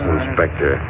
Inspector